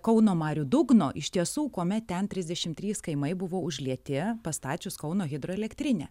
kauno marių dugno iš tiesų kuomet ten trisdešimt trys kaimai buvo užlieti pastačius kauno hidroelektrinę